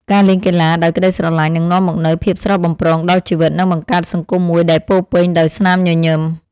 ការលេងកីឡាដោយក្តីស្រឡាញ់នឹងនាំមកនូវភាពស្រស់បំព្រងដល់ជីវិត និងបង្កើតសង្គមមួយដែលពោរពេញដោយស្នាមញញឹម។